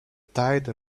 tide